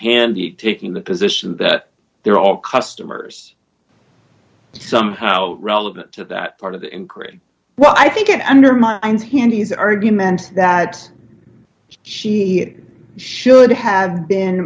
handy taking the position that they're all customers somehow relevant to that part of the inquiry well i think it undermines hand his argument that she had should have been